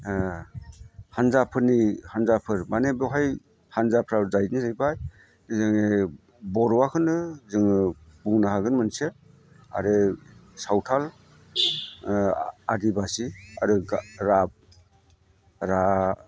हानजाफोरनि हानजाफोर माने बेवहाय हानजाफ्रा जाहैबाय जोङो बर'खौनो जोङो बुंनो हागोन मोनसे आरो सावथाल आदिबासि आरो रा